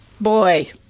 Boy